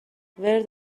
ورد